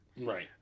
right